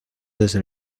desde